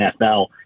NFL